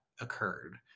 occurred